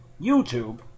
YouTube